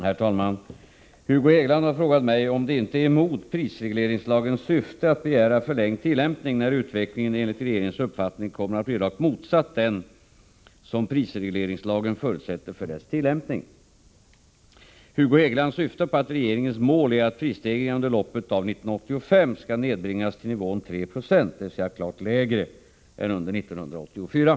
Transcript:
Herr talman! Hugo Hegeland har frågat mig om det inte är emot prisregleringslagens syfte att begära förlängd tillämpning när utvecklingen enligt regeringens uppfattning kommer att bli rakt motsatt den som prisregleringslagen förutsätter för dess tillämpning. Hugo Hegeland syftar på att regeringens mål är att prisstegringarna under loppet av 1985 skall nedbringas till nivån 3 26, dvs. klart lägre än under 1984.